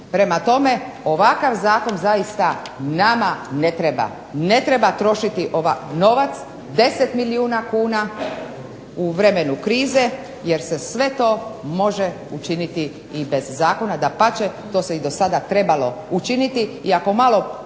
Prema tome, ovakav zakon zaista nama ne treba. Ne treba trošiti novac, 10 milijuna kuna u vremenu krize jer se sve to može učiniti i bez zakona, dapače to se i do sada trebalo učiniti. I ako malo